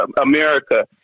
America